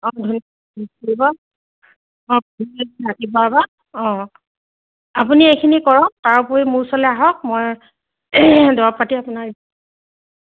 অঁ আপুনি এইখিনি কৰক তাৰ উপৰি মোৰ ওচৰলৈ আহক মই দৰব পাতি আপোনাক